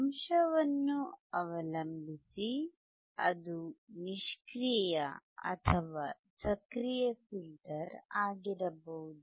ಅಂಶವನ್ನು ಅವಲಂಬಿಸಿ ಅದು ನಿಷ್ಕ್ರಿಯ ಅಥವಾ ಸಕ್ರಿಯ ಫಿಲ್ಟರ್ ಆಗಿರಬಹುದು